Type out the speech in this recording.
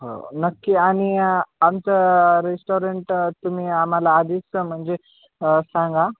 हो नक्की आणि आमचं रेस्टॉरंट तुम्ही आम्हाला आधीचं म्हणजे सांगा